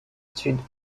études